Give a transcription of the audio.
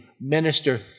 minister